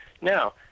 Now